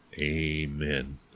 Amen